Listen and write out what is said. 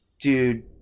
dude